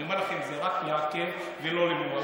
אני אומר לכם, זה רק לעכב ולא למנוע.